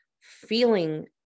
feeling